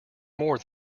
more